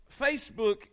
Facebook